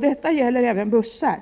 Det gäller även bussarna.